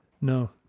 No